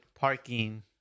parking